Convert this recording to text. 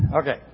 Okay